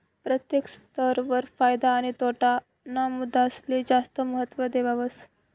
प्रत्येक स्तर वर फायदा आणि तोटा ना मुद्दासले जास्त महत्व देवावस